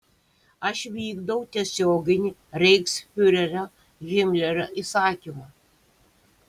aš vykdau tiesioginį reichsfiurerio himlerio įsakymą